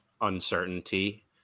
Uncertainty